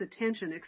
attention